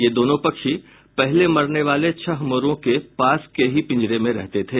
ये दोनों पक्षी पहले मरने वाले छह मोरों के पास के ही केज में रहते थे